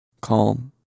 calm